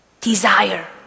desire